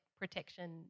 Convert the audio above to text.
protection